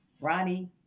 Ronnie